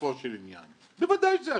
בסופו של עניין, בוודאי זה אשראי.